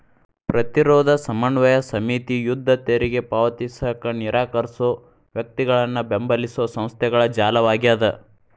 ಪ್ರತಿರೋಧ ಸಮನ್ವಯ ಸಮಿತಿ ಯುದ್ಧ ತೆರಿಗೆ ಪಾವತಿಸಕ ನಿರಾಕರ್ಸೋ ವ್ಯಕ್ತಿಗಳನ್ನ ಬೆಂಬಲಿಸೊ ಸಂಸ್ಥೆಗಳ ಜಾಲವಾಗ್ಯದ